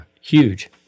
Huge